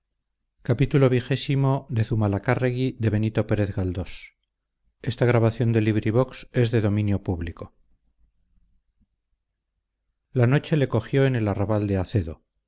la noche le cogió en el arrabal de acedo